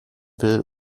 will